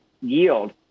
yield